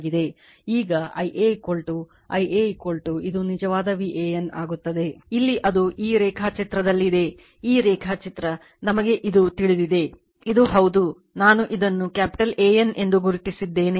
ಈಗ Ia Ia ಇದು ನಿಜವಾಗಿ VAN ಆಗುತ್ತದೆ ಇಲ್ಲಿ ಅದು ಈ ರೇಖಾಚಿತ್ರದಲ್ಲಿದೆ ಈ ರೇಖಾಚಿತ್ರ ನಮಗೆ ಇದು ತಿಳಿದಿದೆ ಇದು ಹೌದು ನಾನು ಇದನ್ನು ಕ್ಯಾಪಿಟಲ್ A N ಎಂದು ಗುರುತಿಸಿದ್ದೇನೆ